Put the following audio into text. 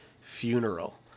funeral